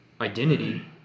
identity